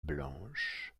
blanche